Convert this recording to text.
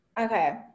Okay